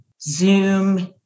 zoom